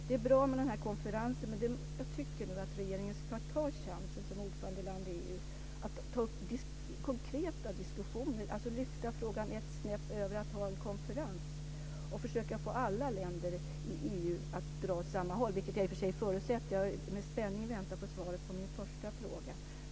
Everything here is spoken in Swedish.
Det är bra med den här konferensen, men jag tycker att regeringen, nu när Sverige är ordförandeland i EU, ska ta upp konkreta diskussioner, alltså lyfta frågan ett snäpp över att ha en konferens om den och försöka få alla länder inom EU att dra åt samma håll. Det förutsätter jag i och för sig. Jag väntar med spänning på svaret på min första fråga.